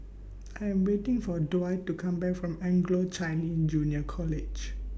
I Am waiting For Dwight to Come Back from Anglo Chinese Junior College